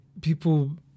people